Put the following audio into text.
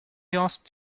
asked